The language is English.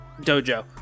dojo